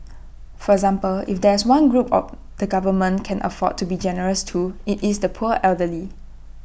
for example if there's one group or the government can afford to be generous to IT is the poor elderly